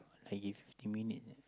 I give fifteen minute